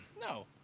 No